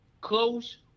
close